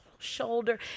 shoulder